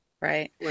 Right